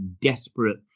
desperate